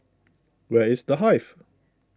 where is the Hive